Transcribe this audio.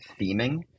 theming